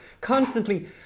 constantly